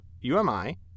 UMI